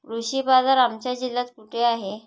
कृषी बाजार आमच्या जिल्ह्यात कुठे आहे?